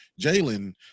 Jalen